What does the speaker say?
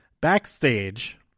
backstage